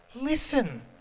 Listen